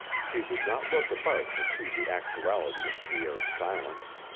she did not look about to see the actuality of pierre's silence.